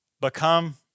become